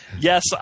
Yes